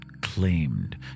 claimed